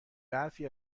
برفی